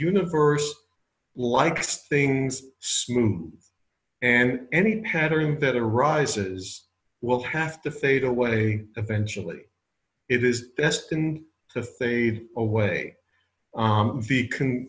universe likes things and any pattern that arises will have to fade away eventually it is destined to fade away the can